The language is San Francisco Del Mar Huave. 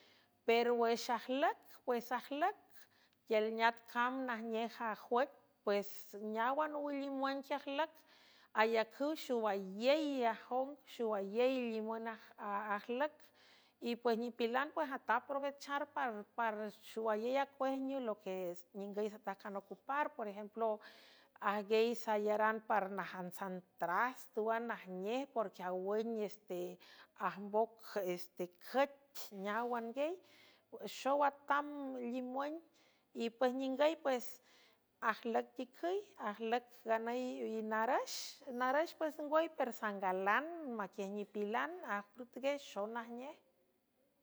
Pero wüx ajlüc pues ajlüc tial neat cam najnej ajuüc pues neáwan owülimuenq ajlüc ayajüw xowayey y ajong xowayey limün ajlüc y pues nipilan pues atam provechar par xowayey a cuejno loque ningüy satajcan ocupar por ejemplo ajguiey sayaran par najantsantras twa najnej porque awün este ajmboc es tecüc neáwangeyxow atam limün y pues ningüy pues ajlücticüy ajlüc nganüy y arxnarüx pues nngwüy persangalan maquiej nipilan ajprütgiey xow najnej.